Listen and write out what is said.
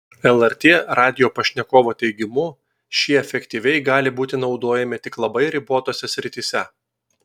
lrt radijo pašnekovo teigimu šie efektyviai gali būti naudojami tik labai ribotose srityse